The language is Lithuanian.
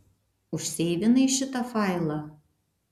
užseivinai šitą failą